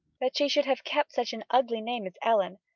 that she should have kept such an ugly name as ellen.